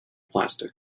plastic